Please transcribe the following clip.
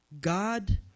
God